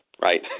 right